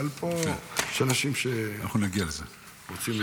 אבל פה יש אנשים שרוצים לשמוע.